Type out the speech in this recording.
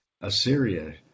Assyria